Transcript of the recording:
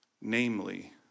namely